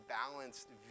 balanced